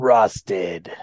Rusted